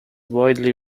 widely